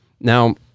Now